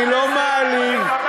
הוא מקבל משכורת חינם, ואתה, לא אכפת לך.